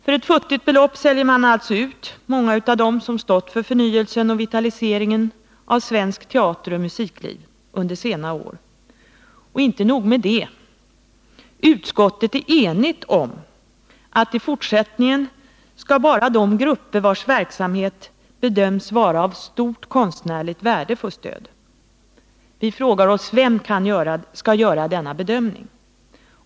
För ett futtigt belopp säljer man alltså ut många av dem som stått för förnyelsen och vitaliseringen av svenskt kulturliv under senare år. Och inte nog med det. Dessutom är utskottet enigt om att i fortsättningen bara de grupper vars verksamhet bedöms vara av stort konstnärligt värde skall få stöd. Vi frågar oss: Vem skall göra denna bedömning?